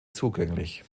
zugänglich